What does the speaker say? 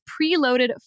preloaded